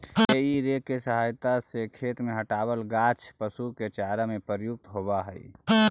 हेइ rake के सहायता से खेत से हँटावल गाछ पशु के चारा में प्रयुक्त होवऽ हई